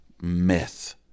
myth